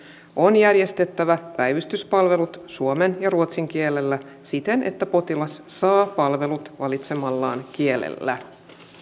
on järjestettävä päivystyspalvelut suomen ja ruotsin kielellä siten että potilas saa palvelut valitsemallaan kielellä